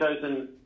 chosen